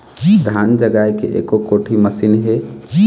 धान जगाए के एको कोठी मशीन हे?